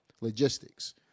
Logistics